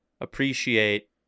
appreciate